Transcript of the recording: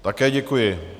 Také děkuji.